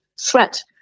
threat